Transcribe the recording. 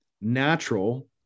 natural